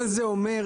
אבל זה אומר,